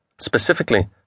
specifically